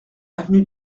avenue